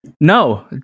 no